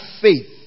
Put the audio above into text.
faith